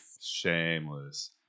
Shameless